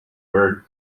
byrd